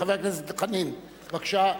חבר הכנסת חנין, בבקשה.